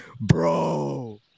bro